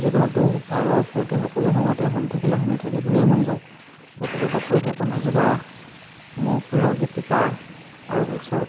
যিকোনো দুখ ভাগৰ ফূৰ্তি সকলো সময়তে শুনি থাকিলে শুনি থাকিবলৈ মন যায় গতিকে ডক্টৰ ভূপেন হাজৰিকাৰ মোৰ প্ৰিয় গীতিকাৰ আৰু শুশ্ৰ